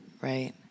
Right